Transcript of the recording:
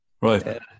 Right